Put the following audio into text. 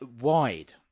wide